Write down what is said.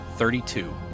Thirty-two